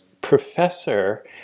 professor